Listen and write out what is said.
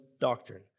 doctrine